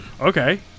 Okay